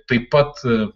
taip pat